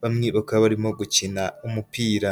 bamwe bakaba barimo gukina umupira.